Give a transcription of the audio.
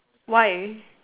why